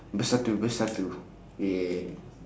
bersatu bersatu yeah